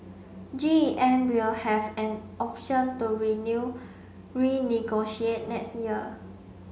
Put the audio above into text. G E M will have an option to renew renegotiate next year